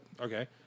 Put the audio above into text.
Okay